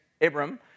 Abram